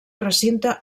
recinte